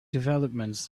developments